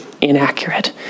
inaccurate